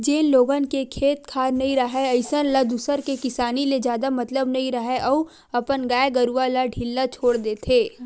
जेन लोगन के खेत खार नइ राहय अइसन ल दूसर के किसानी ले जादा मतलब नइ राहय अउ अपन गाय गरूवा ल ढ़िल्ला छोर देथे